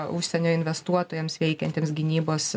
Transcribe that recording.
užsienio investuotojams veikiantiems gynybos